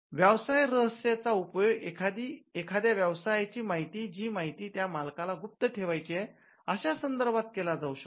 व्यवसाय रहस्य चा उपयोग एखाद्या व्यवसायाची माहिती जी माहिती त्या मालकाला गुप्त ठेवायची आहे अशा संदर्भात केला जाऊ शकतो